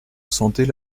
sentait